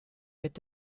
mit